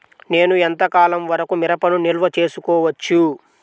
నేను ఎంత కాలం వరకు మిరపను నిల్వ చేసుకోవచ్చు?